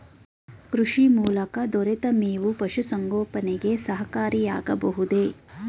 ಕೃಷಿ ಮೂಲಕ ದೊರೆತ ಮೇವು ಪಶುಸಂಗೋಪನೆಗೆ ಸಹಕಾರಿಯಾಗಬಹುದೇ?